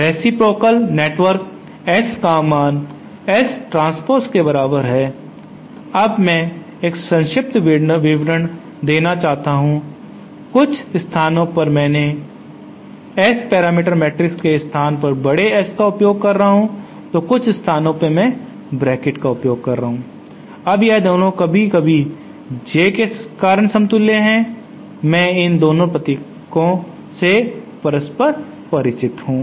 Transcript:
reciprocal network S का मान S transpose के बराबर है अब मैं एक संक्षिप्त विवरण देना चाहता हूं कुछ स्थानों पर मेरे मैं S पैरामीटर मैट्रिक्स के स्थान पर बड़े S का उपयोग कर रहा हूं तो और कुछ स्थानों पर मैं ब्रैकेट का उपयोग कर रहा हूं अब यह दोनों कभी कभी J के कारण समतुल्य हैं मैं इन दोनों प्रतीकों से परस्पर परिचित हूं